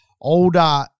older